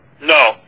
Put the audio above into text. No